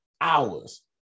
hours